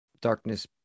darkness